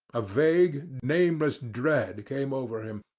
a vague, nameless dread came over him,